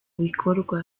bikorwa